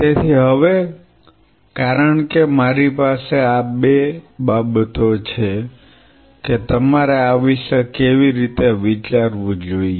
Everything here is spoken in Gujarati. તેથી હવે કારણ કે મારી પાસે આ બાબત છે કે તમારે આ વિશે કેવી રીતે વિચારવું જોઈએ